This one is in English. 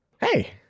Hey